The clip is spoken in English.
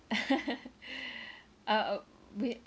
uh uh wait